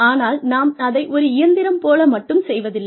ஆனால் நாம் அதை ஒரு இயந்திரம் போல மட்டும் செய்வதில்லை